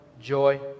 joy